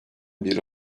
biri